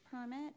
permit